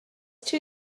two